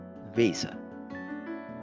Visa